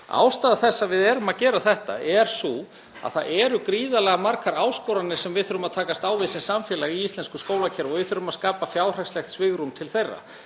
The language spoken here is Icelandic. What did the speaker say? Ástæða þess að við erum að gera þetta er sú að það eru gríðarlega margar áskoranir sem við þurfum að takast á við sem samfélag í íslensku skólakerfi og við þurfum að skapa fjárhagslegt svigrúm til þeirra.